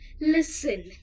Listen